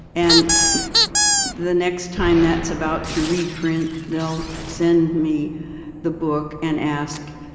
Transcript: and the next time that's about to reprint, they'll send me the book and ask,